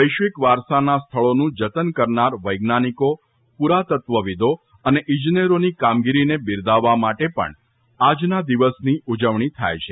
વૈશ્વિક વારસાના સ્થળોનું જતન કરનાર વૈજ્ઞાનિકો પુરાતત્વવીદો અને ઇજનેરોની કામગીરીને બિરદાવા માટે પણ આજના દિવસની ઉજવણી થાય છે